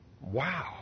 Wow